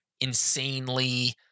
insanely